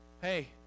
Hey